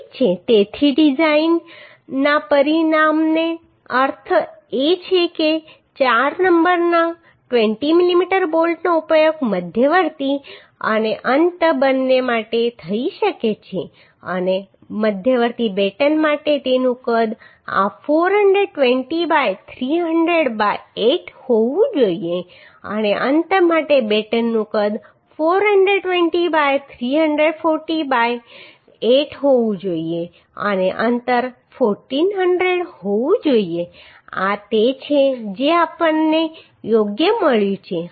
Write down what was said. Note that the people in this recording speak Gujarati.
ઠીક છે તેથી ડિઝાઇનના પરિણામનો અર્થ એ છે કે 4 નંબરના 20 મીમી બોલ્ટનો ઉપયોગ મધ્યવર્તી અને અંત બંને માટે થઈ શકે છે અને મધ્યવર્તી બેટન માટે તેનું કદ આ 420 બાય 300 બાય 8 હોવું જોઈએ અને અંત માટે બેટનનું કદ 420 બાય 340 વાય 8 હોવું જોઈએ અને અંતર 1400 હોવું જોઈએ આ તે છે જે આપણને યોગ્ય મળ્યું છે